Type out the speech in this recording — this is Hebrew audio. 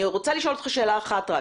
אני רוצה לשאול אותך רק שאלה אחת.